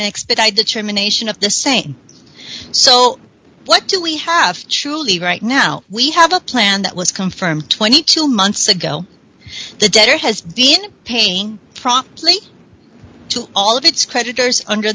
the termination of the same so what do we have truly right now we have a plan that was confirmed twenty two months ago the debtor has been paying promptly to all of its creditors under